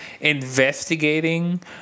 investigating